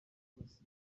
wese